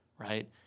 right